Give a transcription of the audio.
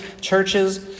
churches